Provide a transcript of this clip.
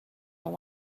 will